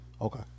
Okay